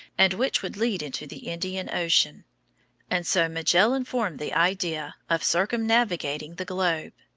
and which would lead into the indian ocean and so magellan formed the idea of circumnavigating the globe.